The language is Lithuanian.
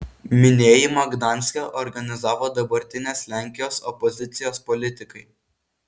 minėjimą gdanske organizavo dabartinės lenkijos opozicijos politikai